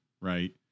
right